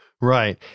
Right